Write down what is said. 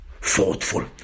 thoughtful